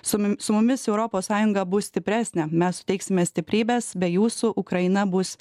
su mum su mumis europos sąjunga bus stipresnė mes suteiksime stiprybės be jūsų ukraina bus